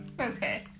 Okay